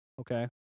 Okay